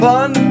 Fun